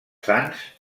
sans